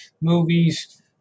movies